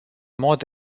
mod